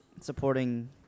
supporting